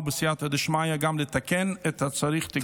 ובסייעתא דשמיא גם לתקן את הצריך תיקון.